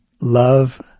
love